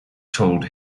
told